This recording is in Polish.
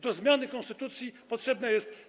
Do zmiany konstytucji potrzebne jest.